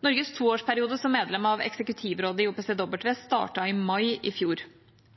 Norges toårsperiode som medlem av eksekutivrådet i OPCW startet i mai i fjor.